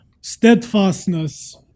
steadfastness